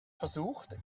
versucht